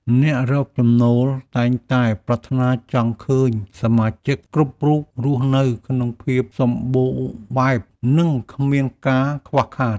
អ្នករកចំណូលតែងតែប្រាថ្នាចង់ឃើញសមាជិកគ្រប់រូបរស់នៅក្នុងភាពសម្បូរបែប និងគ្មានការខ្វះខាត។